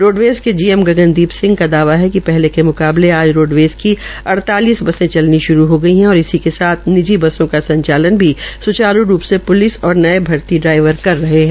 roadways क G M Gagandeep Singh ने दावा किया है कि पहले के मुकाबले रोडवेज़ की अडतालिस बसें चलनी श्रू हो गई और इसी के साथ निजी बसों को संचालन भी स्चारू रूप से प्लिस और नई भर्ती ड्राईवर कर रह है